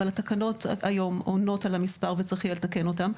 אבל התקנות היום עונות על המספר וצריך יהיה לתקן אותן.